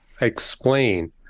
explain